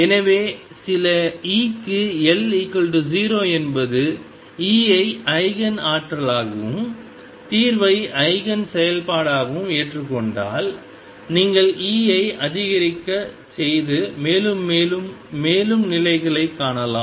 எனவே சில E க்கு L 0 என்பது E ஐ ஈஜென் ஆற்றலாகவும் தீர்வை ஈஜென் செயல்பாடாகவும் ஏற்றுக்கொண்டால் நீங்கள் E ஐ அதிகரிக்கச் செய்து மேலும் மேலும் மேலும் நிலைகளைக் காணலாம்